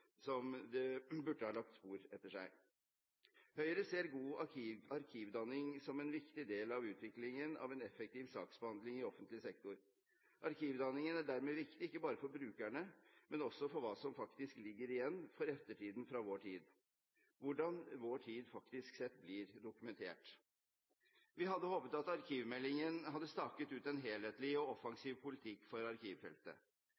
som burde satt spor etter seg. Høyre ser god arkivdanning som en viktig del av utviklingen av en effektiv saksbehandling i offentlig sektor. Arkivdanningen er dermed viktig, ikke bare for brukerne, men også for hva som faktisk ligger igjen til ettertiden fra vår tid – hvordan vår tid faktisk blir dokumentert. Vi hadde håpet at arkivmeldingen hadde staket ut en helhetlig og